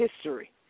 history